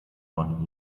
von